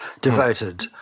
devoted